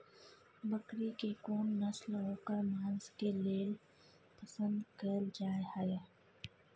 बकरी के कोन नस्ल ओकर मांस के लेल पसंद कैल जाय हय?